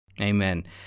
Amen